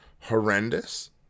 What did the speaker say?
horrendous